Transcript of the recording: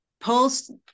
polls